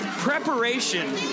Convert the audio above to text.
preparation